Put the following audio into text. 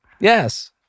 yes